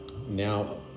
now